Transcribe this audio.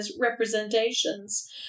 representations